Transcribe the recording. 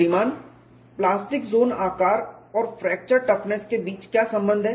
श्रीमान plastic zone आकार और फ्रैक्चर टफनेस के बीच क्या संबंध है